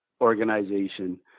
organization